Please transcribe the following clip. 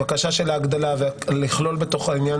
הבקשה של ההגדלה לכלול בתוך העניין